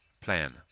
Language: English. Plan